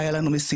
היו לנו מסיבות.